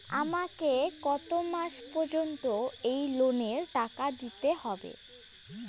আমাকে কত মাস পর্যন্ত এই লোনের টাকা দিতে হবে?